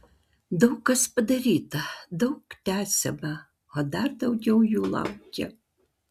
daug kas padaryta daug tęsiama o dar daugiau jų laukia